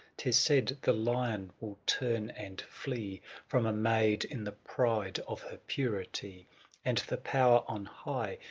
tis said the lion will turn and flee from a maid in the pride of her purity and the power on high,